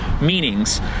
meanings